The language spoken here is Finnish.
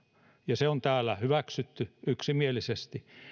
ja se on täällä hyväksytty yksimielisesti